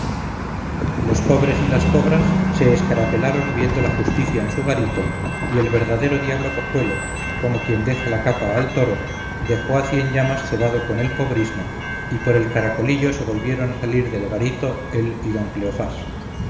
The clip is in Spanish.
los pobres y las pobras se escarapelaron viendo la justicia en su garito y el verdadero diablo cojuelo como quien deja la capa al toro dejó a cienllamas cebado con el pobrismo y por el caracolillo se volvieron a salir del garito él y don cleofás